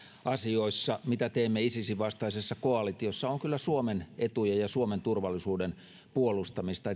asioissa mitä teemme isisin vastaisessa koalitiossa on kyllä suomen etujen ja suomen turvallisuuden puolustamista